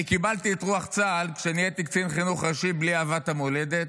אני קיבלתי את רוח צה"ל כשנהייתי קצין חינוך ראשי בלי אהבת המולדת.